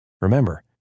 Remember